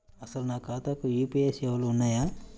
అసలు నా ఖాతాకు యూ.పీ.ఐ సేవలు ఉన్నాయా?